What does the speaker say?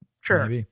Sure